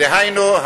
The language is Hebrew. דהיינו,